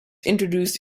introduced